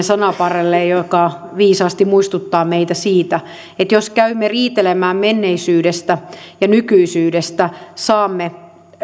sananparrelle joka viisaasti muistuttaa meitä siitä että jos käymme riitelemään menneisyydestä ja nykyisyydestä saamme